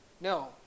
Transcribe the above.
No